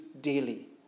daily